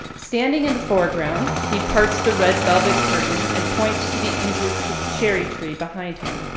standing in the foreground, he parts the red velvet curtain and points to the injured cherry tree behind him.